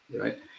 right